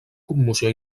commoció